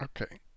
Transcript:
Okay